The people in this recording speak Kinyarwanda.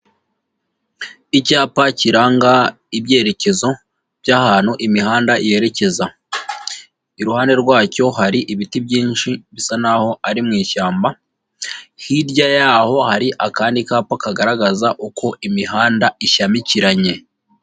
Icyapa kiranga ibyerekezo by'ahantu imihanda yerekeza. Iruhande rwacyo hari ibiti byinshi bisa naho ari mu ishyamba, hirya yaho hari akandi kapa kagaragaza uko imihanda ishyamikiranye.